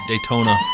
Daytona